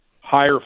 higher